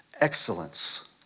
excellence